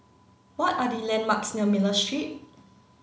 what are the landmarks near Miller Street